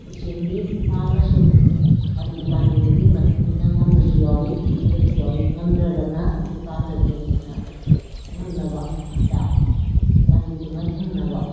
ꯈꯨꯁꯦꯝꯒꯤ ꯍꯥꯔꯅꯁꯨ ꯄꯥꯝꯕꯤ ꯄꯥꯝꯕꯤꯗꯨꯒꯤ ꯃꯇꯨꯡꯏꯟꯅ ꯉꯝꯕꯁꯨ ꯌꯥꯎꯏ ꯉꯝꯗꯕꯁꯨ ꯌꯥꯎꯏ ꯉꯝꯗ꯭ꯔꯒꯅ ꯗꯨꯀꯥꯟꯗꯒꯤ ꯑꯩꯈꯣꯏꯅ ꯉꯝꯅꯕ ꯍꯤꯗꯥꯛ ꯄꯥꯝꯕꯤꯗꯨꯃ ꯍꯤꯡꯅꯕ